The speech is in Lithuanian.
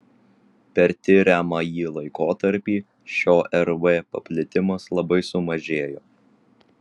per tiriamąjį laikotarpį šio rv paplitimas labai sumažėjo